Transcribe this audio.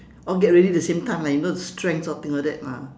all get ready the same time like you know strength sort thing like that ah